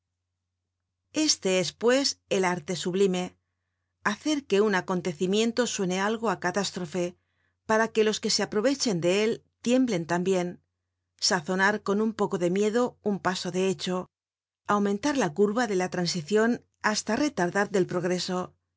este es pues el arte sublime hacer que un acontecimiento suene algo á catástrofe para que los que se aprovechen de él tiemblen tambien sazonar con un poco de miedo un paso de hecho aumentar la curva de la transicion hasta retardar del progreso